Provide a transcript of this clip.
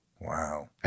Wow